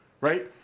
right